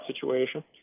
situation